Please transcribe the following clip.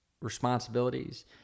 responsibilities